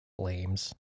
flames